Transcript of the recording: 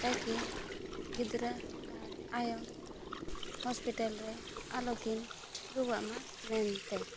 ᱛᱟᱠᱤ ᱜᱤᱫᱽᱨᱟᱹ ᱟᱨ ᱟᱭᱳ ᱦᱚᱥᱯᱤᱴᱟᱞ ᱨᱮ ᱟᱞᱚᱠᱤᱱ ᱨᱩᱣᱟᱹᱜᱼᱢᱟ ᱢᱮᱱᱛᱮ